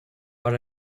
but